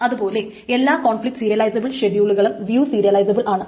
അതുപോലെ എല്ലാ conflict serializable ഷെഡ്യൂളുകളും വ്യൂ സീരിയലിസബിൾ ആണ്